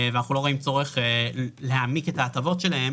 ואנחנו לא רואים צורך להעמיק את ההטבות שלהם